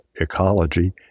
ecology